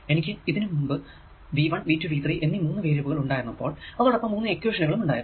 എനിക്ക് ഇതിനു മുമ്പ് V1 V2 V 3 എന്നീ 3 വേരിയബിൾ ഉണ്ടായിരുന്നപ്പോൾ അതോടൊപ്പം 3 ഇക്വേഷനുകളും ഉണ്ടായിരുന്നു